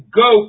go